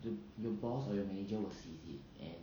your your boss or your manager will sees it and